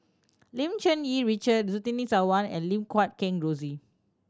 Lim Cherng Yih Richard Surtini Sarwan and Lim Guat Kheng Rosie